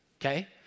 Okay